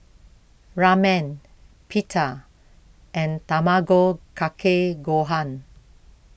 Ramen Pita and Tamago Kake Gohan